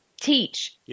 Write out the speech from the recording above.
Teach